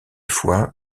foie